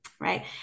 right